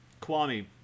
Kwame